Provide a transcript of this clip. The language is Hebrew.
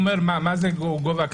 מה זה אומר?